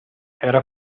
era